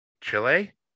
Chile